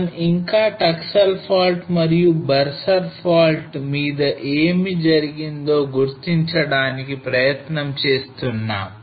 మనం ఇంకా Taksal fault మరియు Barsar fault మీద ఏమి జరిగిందో గుర్తించడానికి ప్రయత్నం చేస్తున్నాం